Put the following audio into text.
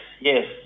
yes